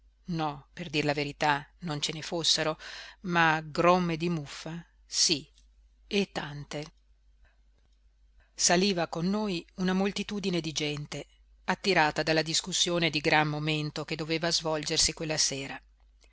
no per dir la verità non ce ne fossero ma gromme di muffa sí e tante saliva con noi una moltitudine di gente attirata dalla discussione di gran momento che doveva svolgersi quella sera